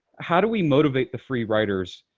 how do we motivate the free riders,